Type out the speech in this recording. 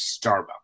starbucks